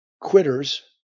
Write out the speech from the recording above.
quitters